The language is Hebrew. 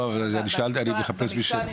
לא, אני מחפש מישהו מהמל"ג.